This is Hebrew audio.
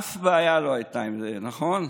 אף בעיה לא הייתה עם זה, נכון?